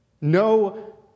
No